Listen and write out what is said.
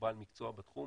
הוא בעל מקצוע בתחום,